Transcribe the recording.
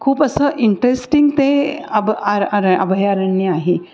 खूप असं इंटरेस्टिंग ते अभ आर आर अभयारण्य आहे